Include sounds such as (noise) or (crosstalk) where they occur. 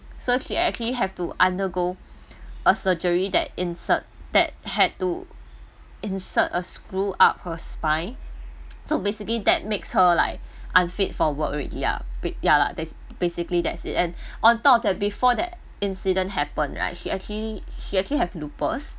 so she actually have to undergo a surgery that insert that had to insert a screw up her spine (noise) so basically that makes her like unfit for work already ya bit ya lah bay basically that's it and on top of that before that incident happen right she actually she actually have lupus